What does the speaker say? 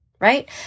right